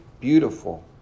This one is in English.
beautiful